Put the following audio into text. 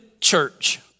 Church